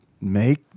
make